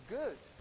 good